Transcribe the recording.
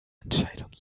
entscheidung